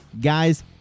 Guys